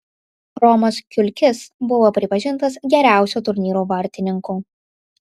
romas kiulkis buvo pripažintas geriausiu turnyro vartininku